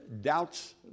doubts